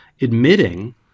admitting